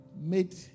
made